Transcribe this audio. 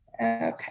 Okay